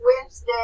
Wednesday